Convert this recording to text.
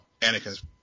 Anakin's